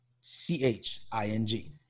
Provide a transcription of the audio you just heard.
C-H-I-N-G